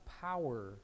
power